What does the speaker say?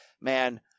man